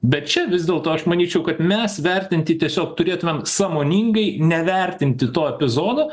bet čia vis dėlto aš manyčiau kad mes vertinti tiesiog turėtumėm sąmoningai nevertinti to epizodo